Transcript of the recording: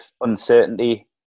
uncertainty